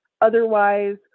otherwise